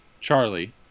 Charlie